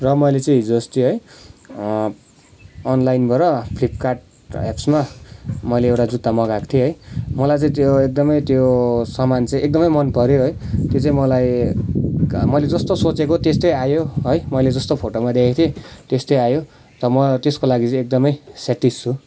र मैले चाहिँ हिजो अस्ति है अनलाइनबाट फ्लिपकार्ट एप्समा मैले एउटा जुत्ता मगाएको थिएँ है मलाई चाहिँ त्यो एकदमै त्यो सामान चाहिँ एकदमै मन पऱ्यो है त्यो चाहिँ मलाई मैले जस्तो सोचेको त्यस्तै आयो है मैले जस्तो फोटोमा देखेको थिएँ त्यस्तै आयो त म त्यसको लागि चाहिँ एकदमै सेट्टिस छु